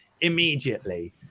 immediately